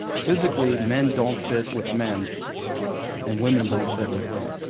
physically, men don't fit with men and women don't fit with women.